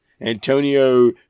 Antonio